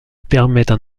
permettent